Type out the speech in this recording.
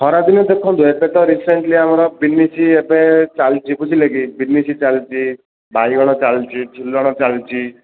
ଖରା ଦିନେ ଦେଖନ୍ତୁ ଏବେ ତ ରିସେଣ୍ଟଲି ଆମର ବିନ୍ସ୍ ଏବେ ଚାଲିଛି ବୁଝିଲେ କି ବିନ୍ସ୍ ଚାଲିଛି ବାଇଗଣ ଚାଲିଛି ଝୁଲଣ ଚାଲିଛି